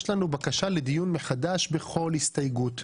יש לנו בקשה לדיון מחדש בכל הסתייגות,